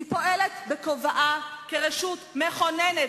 היא פועלת בכובעה כרשות מכוננת,